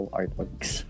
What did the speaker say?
artworks